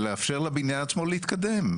ולאפשר לבניין עצמו להתקדם.